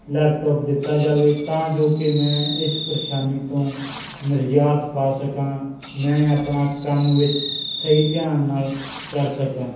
laptop ਦਿੱਤਾ ਜਾਵੇ ਤਾਂ ਜੋ ਕਿ ਮੈਂ ਇਸ ਪਰੇਸ਼ਾਨੀ ਤੋਂ ਨਿਜਾਤ ਪਾ ਸਕਾਂ ਮੈਂ ਆਪਣਾ ਕੰਮ ਵਿੱਚ ਸਹੀ ਧਿਆਨ ਨਾਲ ਕਰ ਸਕਾਂ